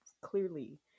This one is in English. Clearly